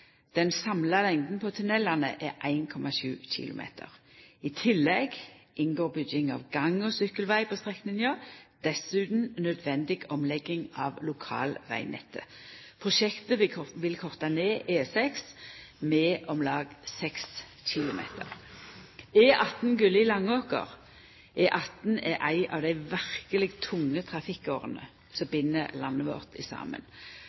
Den samla lengda på tunnelane er på 1,7 km. I tillegg inngår bygging av gang- og sykkelveg på strekninga, dessutan nødvendig omlegging av lokalvegnettet. Prosjektet vil korta ned E6 med om lag 6 km. E18 Gulli–Langåker: E18 er ei av dei verkeleg tunge trafikkårene som bind landet vårt saman.